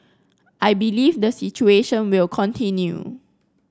I believe the situation will continue